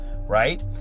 Right